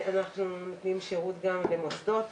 אנחנו נותנים שירות גם למוסדות,